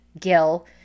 Gil